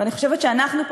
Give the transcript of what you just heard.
ואני חושבת שאנחנו פה,